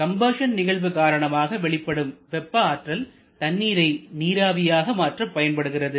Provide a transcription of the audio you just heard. combustion நிகழ்வு காரணமாக வெளிப்படும் வெப்ப ஆற்றல் தண்ணீரை நீராவியாக மாற்ற பயன்படுகிறது